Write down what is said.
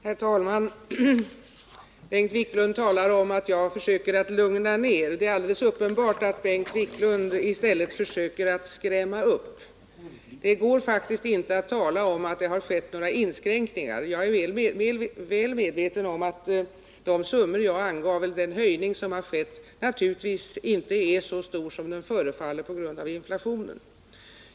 Herr talman! Bengt Wiklund talar om att jag försöker lugna ner. Det är alldeles uppenbart att Bengt Wiklund i stället försöker skrämma upp. Det går faktiskt inte att tala om att det har skett några inskränkningar. Men jag är väl medveten om att den höjning som skett naturligtvis inte, på grund av inflationen, är så stor som den förefaller.